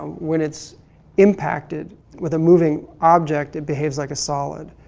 when it's impacted with a moving object, it behaves like a solid.